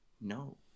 No